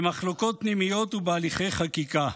במחלוקות פנימיות ובהליכי חקיקה.